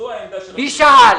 זו העמדה --- מ-2015